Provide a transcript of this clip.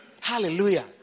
Hallelujah